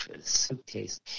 suitcase